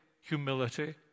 humility